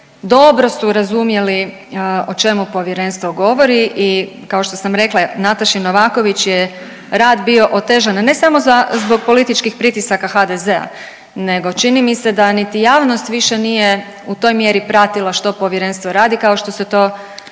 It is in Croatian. dobro su razumjeli o čemu povjerenstvo govori i kao što sam rekla Nataši Novaković je rad bio otežan ne samo zbog političkih pritisaka HDZ-a nego čini mi se da niti javnost više nije u toj mjeri pratila što povjerenstvo radi kao što se to